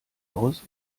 aus